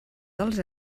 dels